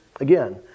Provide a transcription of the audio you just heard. again